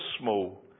small